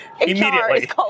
immediately